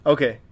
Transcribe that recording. Okay